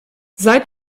seit